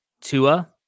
Tua